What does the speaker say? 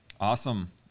Awesome